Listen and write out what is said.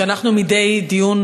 שאנחנו מדי דיון,